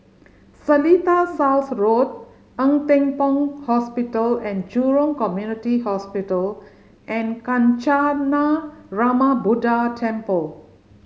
Seletar South Road Ng Teng Fong Hospital And Jurong Community Hospital and Kancanarama Buddha Temple